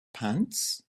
pants